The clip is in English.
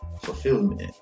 fulfillment